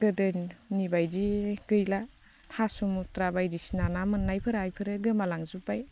गोदोनि बायदि गैला हासुमुथ्रा बायदिसिना ना मोननायफोरा बेफोरो गोमालांजोब्बाय